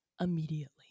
immediately